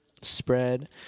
spread